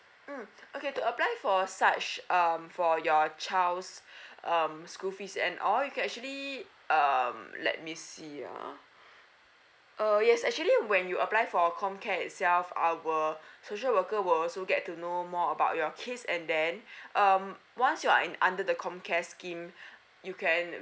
mm okay to apply for a such um for your child's um school fees and all you can actually um let me see um uh yes actually when you apply for com care itself our social worker will also get to know more about your case and then um once you are under the com care scheme you can uh